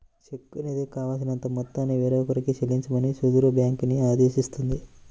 చెక్కు అనేది కావాల్సినంత మొత్తాన్ని వేరొకరికి చెల్లించమని సదరు బ్యేంకుని ఆదేశిస్తుంది